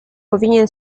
powinien